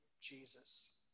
Jesus